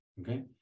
okay